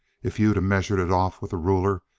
if you'd measured it off with a ruler,